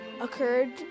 occurred